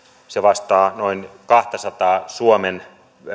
se vastaa noin kahtasataa suomen